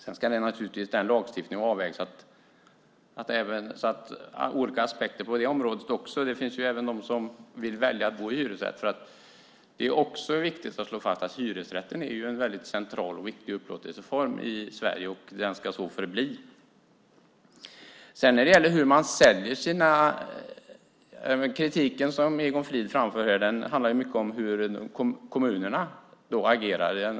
Sedan ska i lagstiftningen olika aspekter på området avvägas. Det finns de som vill välja att bo i hyresrätt. Det är också viktigt att slå fast att hyresrätten är en viktig och central upplåtelseform i Sverige, och den ska så förbli. Den kritik om Egon Frid framför handlar om hur kommunerna agerar.